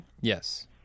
Yes